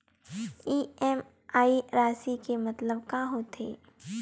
EMI राशि के मतलब का होथे?